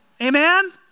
Amen